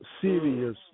serious